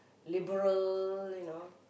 liberal you know